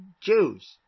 Jews